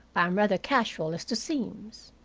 i am rather casual as to seams.